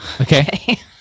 Okay